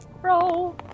Roll